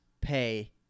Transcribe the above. pay